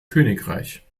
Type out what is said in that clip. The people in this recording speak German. königreich